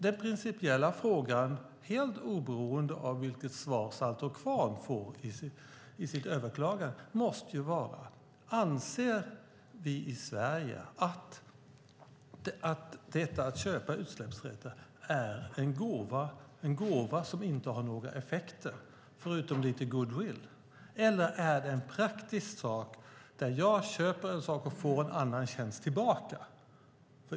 Den principiella frågan, helt oberoende av vilket svar Saltå Kvarn får på sitt överklagande, måste vara: Anser vi i Sverige att utsläppsrätter är en gåva som inte har några effekter, förutom lite goodwill? Eller är det en praktisk sak där jag köper en sak och får en annan tjänst tillbaka?